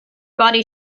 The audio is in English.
body